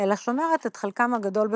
אלא שומרת את חלקם הגדול בקופתה.